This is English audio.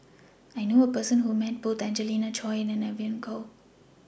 I knew A Person Who has Met Both Angelina Choy and Evon Kow